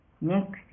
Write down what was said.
Next